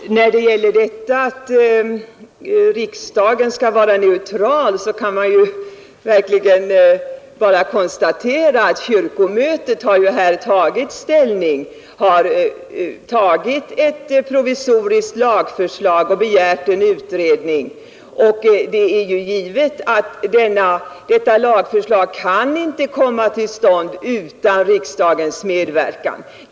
Herr talman! När det gäller att riksdagen skall vara neutral kan man bara konstatera att kyrkomötet här tagit ställning och antagit och begärt ett provisoriskt lagförslag och en utredning. Detta lagförslag kan inte genomföras utan riksdagens medverkan.